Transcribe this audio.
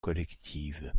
collective